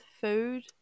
food